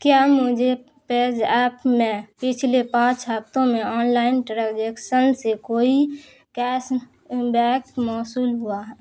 کیا مجھے پیج ایپ میں پچھلے پانچ ہفتوں میں آن لائن ٹرانزیکشن سے کوئی کیش بیک موصول ہوا ہے